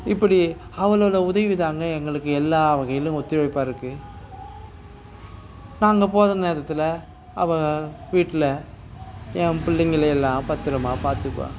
இப்படி அவளோட உதவி தாங்க எங்களுக்கு எல்லா வகையிலும் ஒத்துழைப்பாக இருக்குது நான் அங்கே போகிற நேரத்தில் அவள் வீட்டில என் பிள்ளைங்கள எல்லாம் பத்தரமாக பார்த்துக்குவா